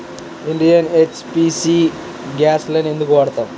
Indian, HP గ్యాస్లనే ఎందుకు వాడతాము?